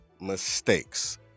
mistakes